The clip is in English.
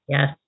Yes